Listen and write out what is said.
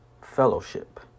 fellowship